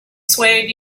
swayed